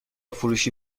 فروشی